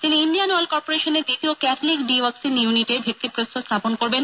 তিনি Indian Oil Corporation এর দ্বিতীয় ক্যাটালিক ডিওয়াক্সিং ইউনিটের ভিত্তিপ্রস্তর স্থাপন করবেন